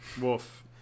Wolf